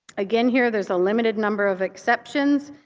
again here there's a limited number of exceptions.